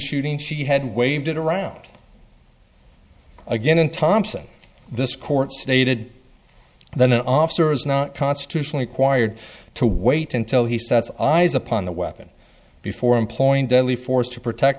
shooting she had waved it around again thompson this court stated then an officer is not constitutionally acquired to wait until he sets eyes upon the weapon before employing deadly force to protect